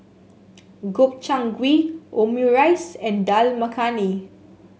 Gobchang Gui Omurice and Dal Makhani